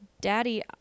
Daddy